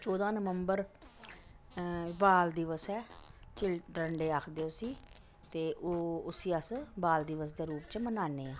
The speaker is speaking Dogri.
चौदां नवम्बर बाल दिवस ऐ चिल्डर्न डे आखदे उसी ते ओह् उसी अस बाल दिवस दे रूप च मनाने आं